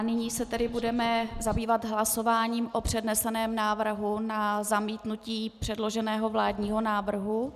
Nyní se tedy budeme zabývat hlasováním o předneseném návrhu na zamítnutí předloženého vládního návrhu.